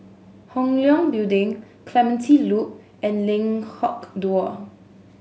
Hong Leong Building Clementi Loop and Dua